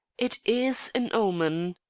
it is an omen.